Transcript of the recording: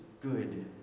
good